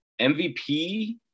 MVP